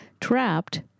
trapped